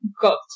got